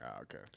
Okay